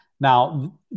Now